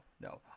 no